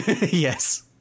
Yes